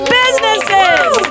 businesses